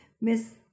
Miss